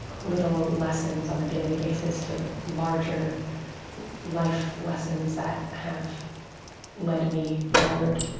little lessons on a daily basis to larger life lessons that have led me forward.